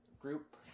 group